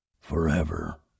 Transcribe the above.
Forever